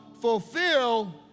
fulfill